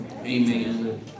amen